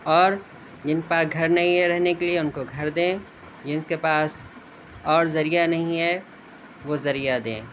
اور جن کے پا گھر نہیں ہے رہنے کے لیے ان کو گھر دیں جن کے پاس اور ذریعہ نہیں ہے وہ ذریعہ دیں